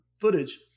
footage